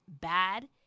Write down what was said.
bad